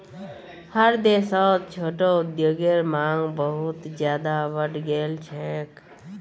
हर देशत छोटो उद्योगेर मांग बहुत ज्यादा बढ़ गेल छेक